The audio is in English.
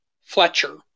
Fletcher